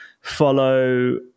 follow